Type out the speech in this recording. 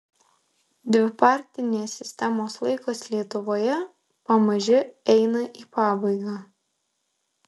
dvipartinės sistemos laikas lietuvoje pamaži eina į pabaigą